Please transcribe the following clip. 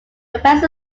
companies